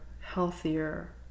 healthier